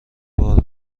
بار